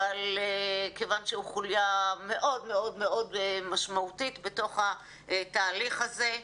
כיוון שהם חוליה מאוד מאוד משמעותית בתוך התהליך הזה.